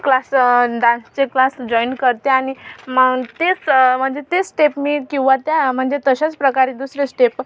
class डान्सचे class join करते आणि मग तेच म्हणजे तेच स्टेप मी किंवा त्या म्हणजे तशाचप्रकारे दुसरे स्टेप